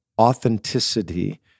authenticity